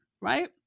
right